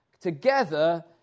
together